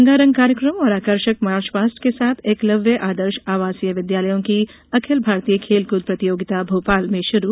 रंगारंग कार्यक्रम और आकर्षक मार्चपास्ट के साथ एकलव्य आदर्श आवासीय विद्यालयों की अखिल भारतीय खेलकूद प्रतियोगिता भोपाल में शुरू